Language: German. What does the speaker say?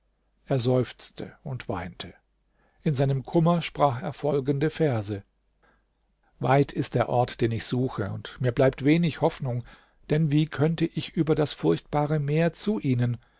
er seufzte und weinte in seinem kummer sprach er folgende verse weit ist der ort den ich suche und mir bleibt wenig hoffnung denn wie könnte ich über das furchtbare meer zu ihnen